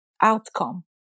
outcome